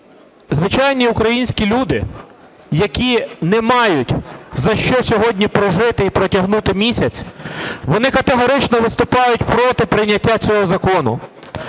звичайні українські люди, які не мають за що сьогодні прожити і протягнути місяць, вони категорично виступають проти прийняття цього закону,